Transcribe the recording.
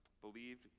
believed